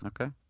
Okay